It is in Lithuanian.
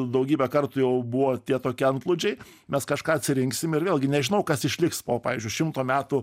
daugybę kartų jau buvote tie tokie antplūdžiai mes kažką atsirinksim ir vėlgi nežinau kas išliks po pavyzdžiui šimto metų